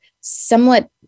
somewhat